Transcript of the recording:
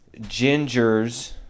gingers